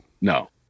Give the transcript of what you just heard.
No